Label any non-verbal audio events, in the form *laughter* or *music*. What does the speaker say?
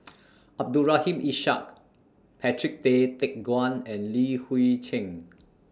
*noise* Abdul Rahim Ishak Patrick Tay Teck Guan and Li Hui Cheng